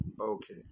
okay